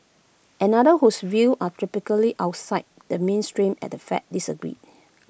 another whose view are typically outside the mainstream at the fed disagreed